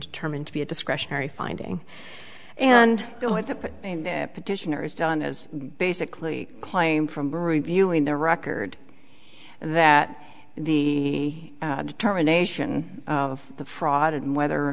determined to be a discretionary finding and they want to put petitioners done is basically claim from reviewing their record that the determination of the fraud and whether or